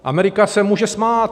Amerika se může smát.